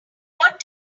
what